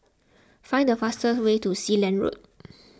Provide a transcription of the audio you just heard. find the fastest way to Sealand Road